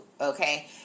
okay